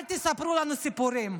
אל תספרו לנו סיפורים.